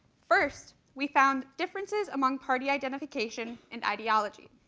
first, we found differences among party identification and ideology,